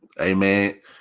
Amen